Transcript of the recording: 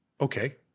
okay